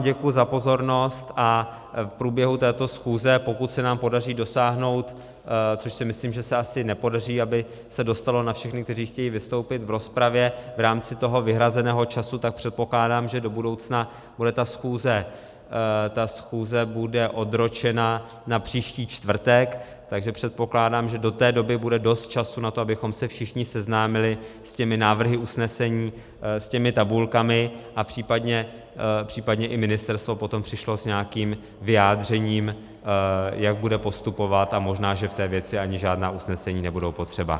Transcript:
Děkuji vám za pozornost a v průběhu této schůze, pokud se nám podaří dosáhnout, což si myslím, že se asi nepodaří, aby se dostalo na všechny, kteří chtějí vystoupit v rozpravě v rámci vyhrazeného času, tak předpokládám, že do budoucna bude ta schůze odročena na příští čtvrtek, takže předpokládám, že do té doby bude dost času na to, abychom se všichni seznámili s návrhy usnesení, s těmi tabulkami a případně i ministerstvo potom přišlo s nějakým vyjádřením, jak bude postupovat, a možná že v té věci ani žádná usnesení nebudou potřeba.